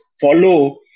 follow